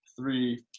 three